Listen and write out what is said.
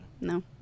No